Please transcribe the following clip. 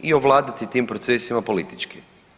i ovladati tim procesima politički.